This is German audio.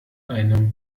einem